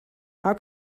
how